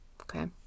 Okay